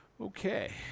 Okay